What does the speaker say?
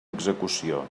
execució